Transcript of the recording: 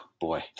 boy